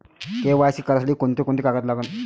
KYC करासाठी कोंते कोंते कागद लागन?